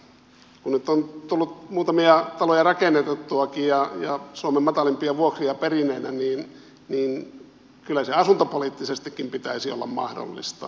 kun nyt on tullut muutamia taloja rakennutettuakin ja suomen matalimpia vuokria perineenä niin kyllä sen asuntopoliittisestikin pitäisi olla mahdollista